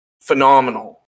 phenomenal